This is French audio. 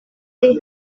est